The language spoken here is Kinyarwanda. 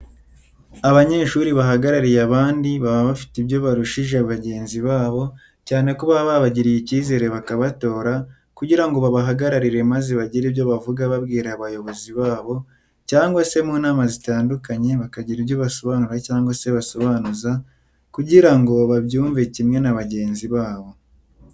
Abanyeshuri bahagarariye abandi baba bafite ibyo barushije bagenzi babo cyane ko baba babagiriye icyizere bakabatora kugira ngo babahagararire maze bagire ibyo bavuga babwira abayobozi babo cyangwa se mu nama zitandukanye, bakagira ibyo basobanura cyangwa se basobanuza kugira ngo babyumve kimwe n'abagenzi babo.